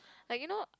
like you know